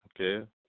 okay